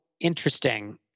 interesting